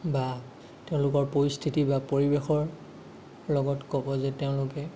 বা তেওঁলোকৰ পৰিস্থিতি বা পৰিৱেশৰ লগত ক'ব যে তেওঁলোকে